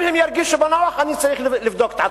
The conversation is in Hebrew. אם הם ירגישו בנוח אני צריך לבדוק את עצמי.